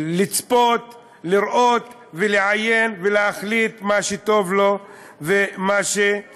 לצפות, לראות ולעיין ולהחליט מה טוב לו ומה לא